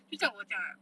就像我这样 ah